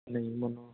ਨਹੀਂ ਮੈਨੂੰ